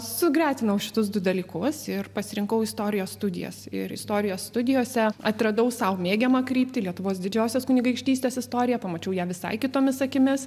sugretinau šituos du dalykus ir pasirinkau istorijos studijas ir istorijos studijose atradau sau mėgiamą kryptį lietuvos didžiosios kunigaikštystės istoriją pamačiau ją visai kitomis akimis